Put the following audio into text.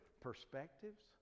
perspectives